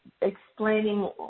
explaining